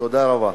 תודה רבה.